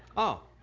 oh